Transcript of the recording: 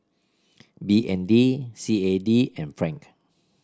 B N D C A D and Franc